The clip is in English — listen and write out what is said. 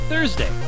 Thursday